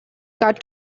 card